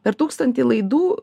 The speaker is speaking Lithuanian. per tūkstantį laidų